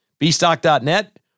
Bstock.net